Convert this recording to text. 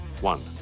One